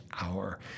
hour